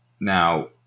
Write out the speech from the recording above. Now